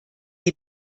sie